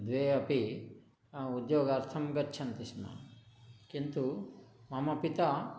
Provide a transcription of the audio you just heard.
द्वे अपि उद्योगार्थं गच्छन्ति स्म किन्तु मम पिता